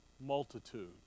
multitude